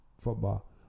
football